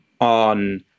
on